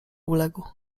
uległ